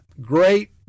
Great